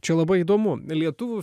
čia labai įdomu lietuvių